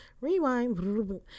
rewind